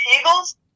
Eagles